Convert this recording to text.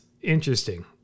interesting